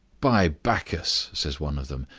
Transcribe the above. by bacchus! says one of them,